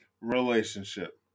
relationship